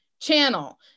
channel